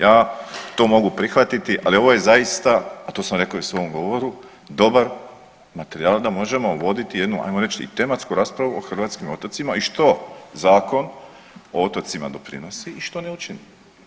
Ja to mogu prihvatiti, ali ovo je zaista, to sam rekao i u svom govoru, dobar materijal da možemo voditi jednu ajmo reći i tematsku raspravu o hrvatskim otocima i što Zakon o otocima doprinosi i što nije učinio.